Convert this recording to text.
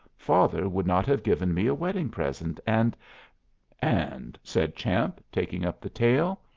father would not have given me a wedding-present, and and, said champ, taking up the tale,